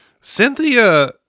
Cynthia